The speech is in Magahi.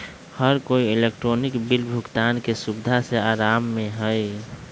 हर कोई इलेक्ट्रॉनिक बिल भुगतान के सुविधा से आराम में हई